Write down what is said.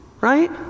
Right